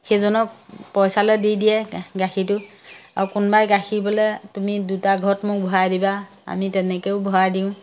সেইজনক পইচালৈ দি দিয়ে গাখীৰটো আৰু কোনোবাই গাখীৰ বোলে তুমি দুটা ঘট মোক ভৰাই দিবা আমি তেনেকৈও ভৰাই দিওঁ